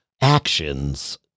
actions